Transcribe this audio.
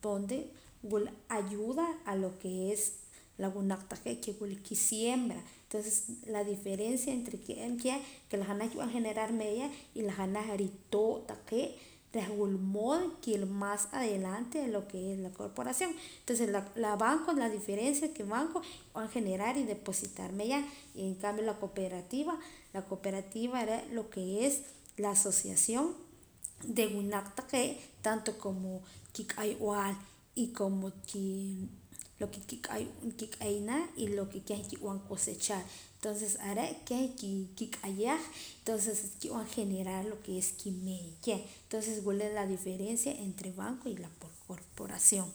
donde wula ayuda a lo que es la winaq taqee' que wula kisiembra entonces la diferencia entre ka'ab' keh que la janaj rub'an generar meeya y la janaj rito' taqee' reh wula mood ki'ila más adelante de lo que es la corporación entonces la banco que la diferencia la banco rub'an generar y depositar meeya en cambio la cooperativa la cooperativa re' lo que es la asociación de winaq taqee' tanto como kik'ayb'al y como ki lo que kik'ayana lo que keh kib'an cosechar entonces are' keh kik'ayah entonces kib'an generar lo que es kimeeya keh tonces wila la diferencia entre banco y la por corporación